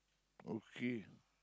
okay